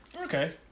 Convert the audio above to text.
Okay